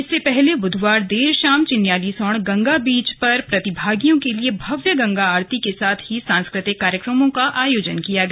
इससे पहले बुधवार देर शाम चिन्यालीसौड़ गंगा बीच पर प्रतिभागियों के लिए भव्य गंगा आरती के साथ ही सांस्कृतिक कार्यक्रमों का आयोजन किया गया